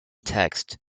text